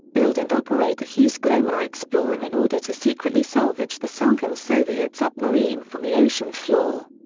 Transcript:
build and operate the hughes glomar explorer in order to secretly salvage the sunken soviet submarine from the ocean floor.